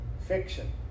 fiction